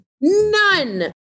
none